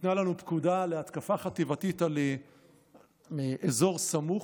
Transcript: ניתנה לנו פקודה להתקפה חטיבתית על אזור סמוך.